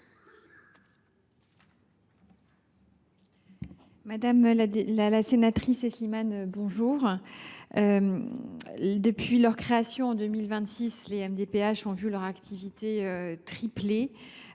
Madame la sénatrice Aeschlimann, depuis leur création en 2006, les MDPH ont vu leur activité tripler.